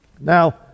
Now